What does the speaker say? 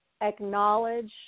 acknowledge